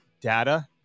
data